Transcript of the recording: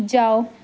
ਜਾਓ